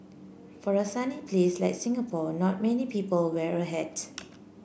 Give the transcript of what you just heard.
for a sunny place like Singapore not many people wear a hat